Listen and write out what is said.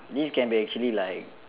this can be actually like